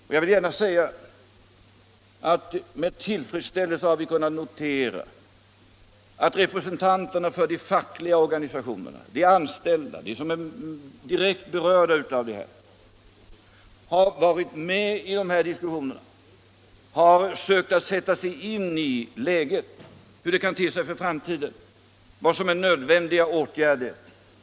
Jag vill gärna säga att vi med tillfredsställelse kunnat notera att representanterna för de fackliga organisationerna och de anställda, dvs. de som är direkt berörda av detta, har varit med i diskussionerna och sökt sätta sig in i nuläget och i hur det kan te sig för framtiden samt vad som är nödvändiga åtgärder.